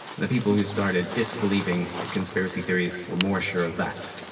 and the people who started disbelieving the conspiracy theories were more sure of that.